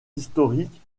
historique